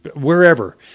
wherever